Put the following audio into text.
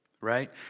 right